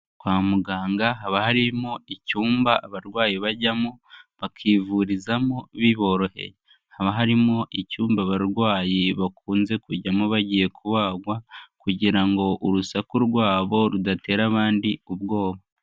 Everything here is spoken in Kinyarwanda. Kwa muganga haba harimo icyumba abarwayi bajyamo bakivurizamo biboroheye. Haba harimo icyumba abarwayi bakunze kujyamo bagiye kubagwa, kugira ngo urusaku rwabo rudatera abandi ubwoba.